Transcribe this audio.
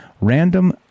random